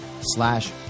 slash